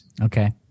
Okay